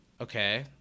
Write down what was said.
Okay